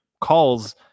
calls